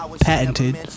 patented